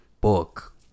book